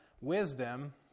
wisdom